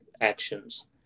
Actions